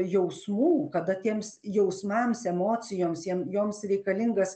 jausmų kada tiems jausmams emocijoms jiem joms reikalingas